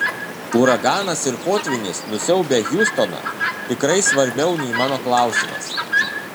uraganas ir potvynis nusiaubę hjustoną tikrai svarbiau nei mano klausimas